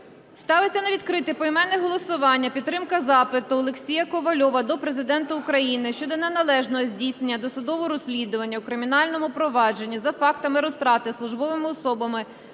Ставиться на відрите поіменне голосування підтримка запиту Олексія Ковальова до Президента України щодо неналежного здійснення досудового розслідування у кримінальному провадженні за фактами розтрати службовими особами